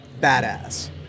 badass